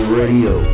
radio